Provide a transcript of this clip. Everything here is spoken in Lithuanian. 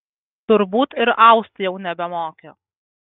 turbūt ir aust jau nebemoki